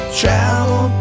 travel